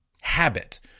habit